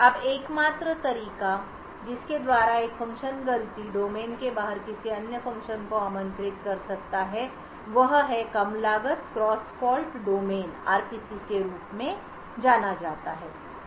अब एकमात्र तरीका जिसके द्वारा एक फ़ंक्शन गलती डोमेन के बाहर किसी अन्य फ़ंक्शन को आमंत्रित कर सकता है वह है कम लागत क्रॉस फॉल्ट डोमेन RPC के रूप में जाना जाता है